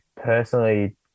personally